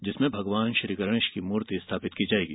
जिनमें भगवान गणेश की मूर्ति स्थापित की जायेगी